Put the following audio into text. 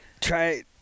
try